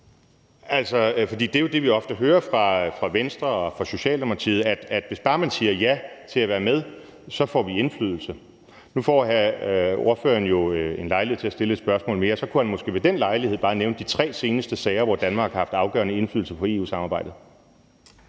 håbe, for det, vi jo ofte hører fra Venstre og Socialdemokratiet, er, at hvis bare vi siger ja til at være med, så får vi indflydelse. Nu får ordføreren jo lejlighed til at stille et spørgsmål mere, og så kunne han måske ved den lejlighed bare nævne de tre seneste sager, hvor Danmark har haft afgørende indflydelse på EU-samarbejdet.